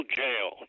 jail